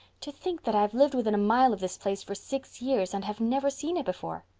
to think that i've lived within a mile of this place for six years and have never seen it before!